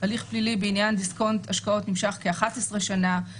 הליך פלילי בעניין דיסקונט השקעות נמשך כ-11 שנה.